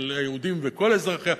של היהודים וכל אזרחיה.